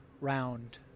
round